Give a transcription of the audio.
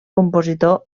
compositor